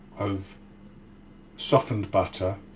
of softened butter,